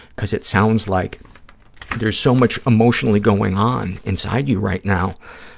because it sounds like there's so much emotionally going on inside you right now